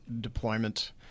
deployment